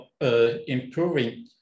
improving